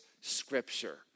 scripture